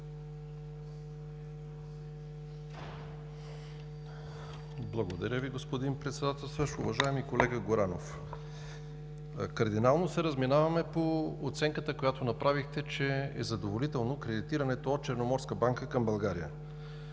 Благодаря Ви, господин Председателстващ. Уважаеми колега Горанов, кардинално се разминаваме по оценката, която направихте, че е задоволително кредитирането от Черноморска банка към България,